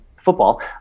football